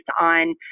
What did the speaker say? on